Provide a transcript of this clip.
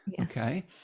Okay